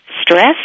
stress